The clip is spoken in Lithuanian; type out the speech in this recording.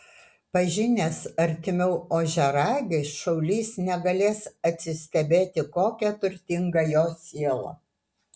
pažinęs artimiau ožiaragį šaulys negalės atsistebėti kokia turtinga jo siela